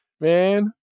man